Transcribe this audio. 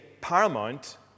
paramount